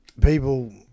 people